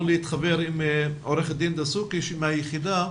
להתחבר עם עורכת דין דסוקי שהיא מהיחידה.